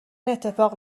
اتفاق